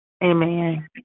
Amen